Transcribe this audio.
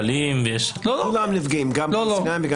זה